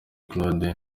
claude